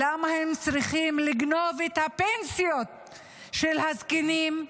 למה הם צריכים לגנוב את הפנסיות של הזקנים?